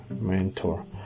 mentor